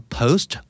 post